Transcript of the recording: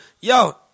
yo